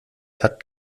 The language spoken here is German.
hat